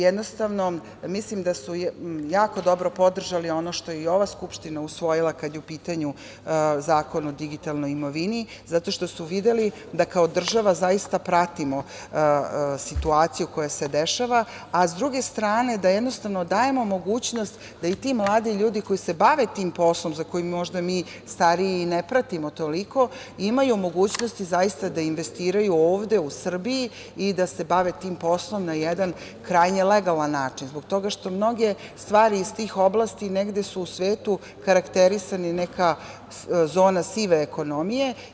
Jednostavno, mislim da su jako dobro podržali ono što je ova Skupština usvojila kada je u pitanju Zakon o digitalnoj imovini, zato što su videli da kao država zaista pratimo situaciju koja se dešava, a sa druge strane da jednostavno dajemo mogućnost da i ti mladi ljudi koji se bave tim poslom za koji možda mi stariji i ne pratimo toliko, imaju mogućnosti zaista da investiraju ovde u Srbiji i da se bave tim poslom na jedan krajnje legalan način zbog toga što mnoge stvari iz tih oblasti negde su u svetu karakterisane kao neka zona sive ekonomije.